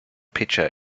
pitcher